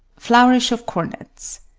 flourish of cornets.